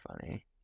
funny